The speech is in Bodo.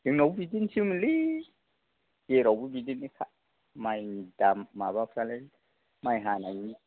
जोंनावबो बिदिनोसैमोनलै जेरावबो बिदिनोखा माइनि दाम माबाफ्रानो माइ हानायनि